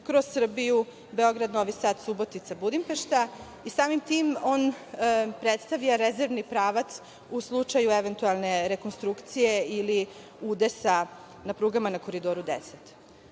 kroz Srbiju, Beograd-Novi Sad-Subotica-Budimpešta i samim tim predstavlja rezervni pravac u slučaju eventualne rekonstrukcije ili udesa na prugama na Koridoru